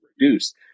reduced